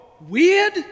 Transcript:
weird